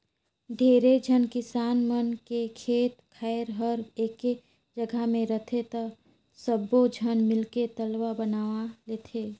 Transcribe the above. ढेरे झन किसान मन के खेत खायर हर एके जघा मे रहथे त सब्बो झन मिलके तलवा बनवा लेथें